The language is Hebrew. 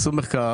עשו מחקר.